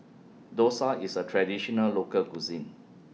Dosa IS A Traditional Local Cuisine